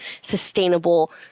sustainable